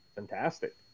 fantastic